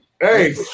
Hey